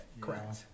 correct